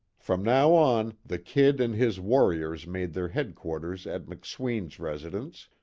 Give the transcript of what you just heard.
from now on the kid and his warriors made their headquarters at mcsween's residence,